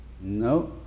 No